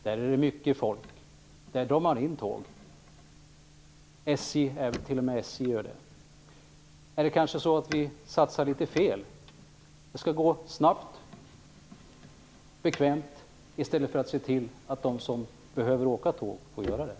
Där är det mycket folk. Där drar man in tåg. T.o.m. SJ gör det. Är det kanske så att vi satsar litet fel? Det skall gå snabbt och bekvämt. I stället borde vi se till att de som behöver åka tåg får göra det.